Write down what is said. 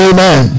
Amen